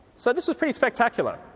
so this was pretty spectacular.